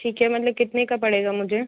ठीक है मतलब कितने का पड़ेगा मुझे